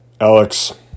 Alex